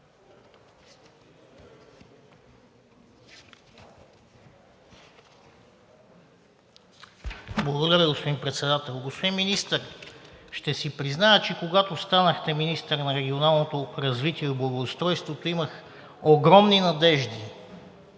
Благодаря, господин Председател. Господин Министър, ще си призная, че когато станахте министър на регионалното развитие и благоустройството, имах огромни надежди,